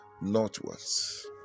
northwards